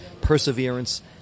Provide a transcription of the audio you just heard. perseverance